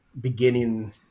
beginning